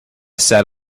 sat